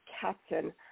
captain